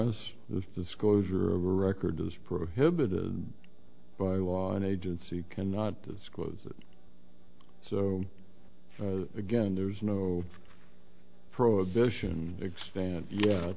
t this disclosure of a record is prohibited by law an agency cannot disclose it so again there's no prohibition expand ye